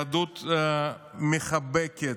יהדות מחבקת,